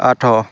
ଆଠ